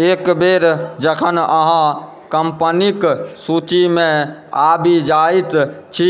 एक बेर जखन अहाँ कम्पनी क सूचीमे आबि जाइत छी